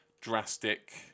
drastic